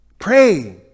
Pray